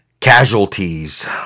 Casualties